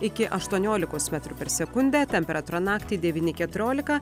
iki aštuoniolikos metrų per sekundę temperatūra naktį devyni keturiolika